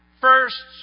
first